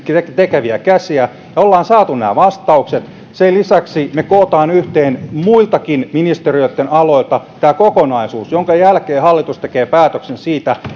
tekeviä käsiä ja olemme saaneet nämä vastaukset sen lisäksi me kokoamme yhteen muiltakin ministeriöitten aloilta tämän kokonaisuuden minkä jälkeen hallitus tekee päätöksen siitä